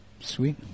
Sweet